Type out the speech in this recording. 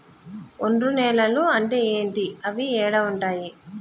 ఒండ్రు నేలలు అంటే ఏంటి? అవి ఏడ ఉంటాయి?